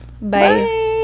Bye